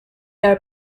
are